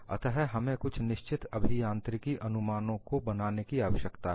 अतः हमें कुछ निश्चित अभियांत्रिकी अनुमानों को बनाने की आवश्यकता है